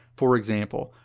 for example,